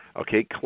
Okay